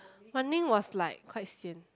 Wan-Ning was like quite sian